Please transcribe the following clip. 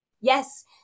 Yes